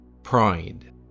Pride